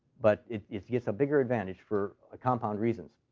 but it it gets a bigger advantage for compound reasons.